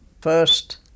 First